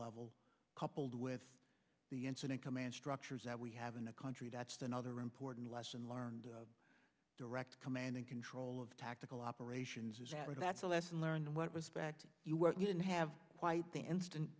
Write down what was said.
level coupled with the incident command structures that we have in a country that's another important lesson learned direct command and control of tactical operations or that's a lesson learned what was back to you when you didn't have quite the instant